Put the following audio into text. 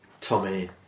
Tommy